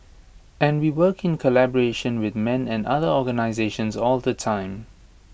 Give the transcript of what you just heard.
and we work in collaboration with men and other organisations all the time